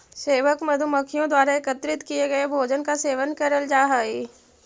सेवक मधुमक्खियों द्वारा एकत्रित किए गए भोजन का सेवन करल जा हई